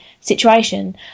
situation